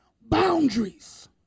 boundaries